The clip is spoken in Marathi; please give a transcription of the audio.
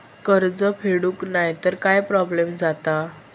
कर्ज फेडूक नाय तर काय प्रोब्लेम जाता?